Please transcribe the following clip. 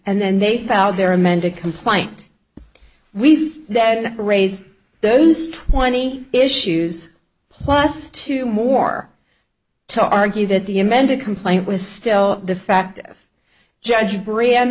and then they found their amended complaint we've raised those twenty issues plus two more to argue that the amended complaint was still the fact judge br